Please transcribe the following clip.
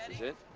and hit